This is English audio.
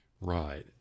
Right